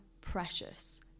precious